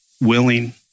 willing